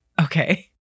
Okay